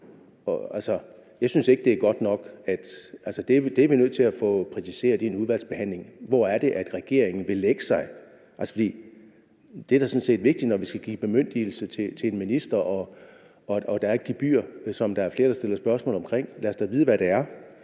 Jeg synes ikke, det er godt nok, altså det er vi nødt til at få præciseret i en udvalgsbehandling, nemlig hvor det er, regeringen vil lægge sig. For det er da sådan set vigtigt, når vi skal give bemyndigelse til en minister og der er et gebyr, som der er flere der stiller spørgsmål til. Lad os da vide, hvad det er.